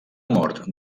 mort